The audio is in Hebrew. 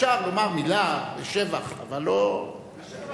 אפשר לומר מלה לשבח, אבל לא, לשבח?